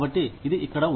కాబట్టి ఇది ఇక్కడ